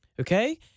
okay